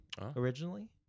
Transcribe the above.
originally